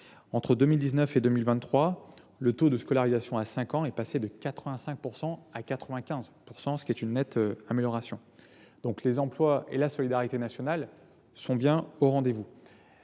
entre 2019 et 2023, le taux de scolarisation à l’âge de 5 ans est passé de 85 % à 95 %, ce qui représente une nette amélioration. Si les emplois et la solidarité nationale sont au rendez vous,